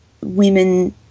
women